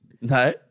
No